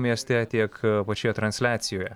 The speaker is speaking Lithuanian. mieste tiek pačioje transliacijoje